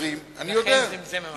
לכן זמזם המכשיר.